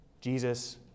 Jesus